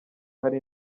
hari